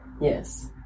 Yes